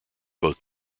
both